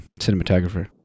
cinematographer